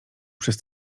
przez